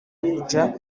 abuja